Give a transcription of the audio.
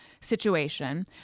situation